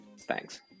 Thanks